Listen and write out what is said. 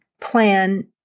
plan